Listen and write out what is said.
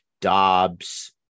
Dobbs